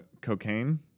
cocaine